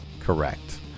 correct